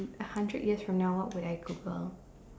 a hundred years from now what would I Google